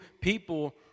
people